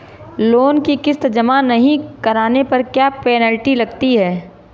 Loan की किश्त जमा नहीं कराने पर क्या पेनल्टी लगती है?